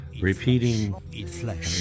Repeating